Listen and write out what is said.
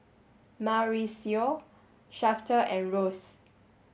Mauricio Shafter and Rose